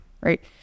right